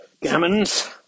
gammons